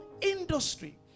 industry